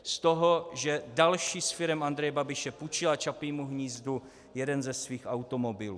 Z toho, že další z firem Andreje Babiše půjčila Čapímu hnízdu jeden ze svých automobilů.